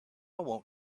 want